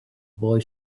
boy